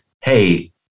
hey